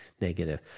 negative